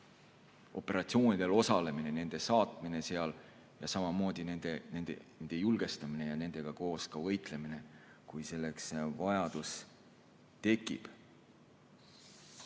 operatsioonidel osalemisega, nende saatmisega seal, samamoodi nende julgestamise ja nendega koos võitlemisega, kui selleks vajadus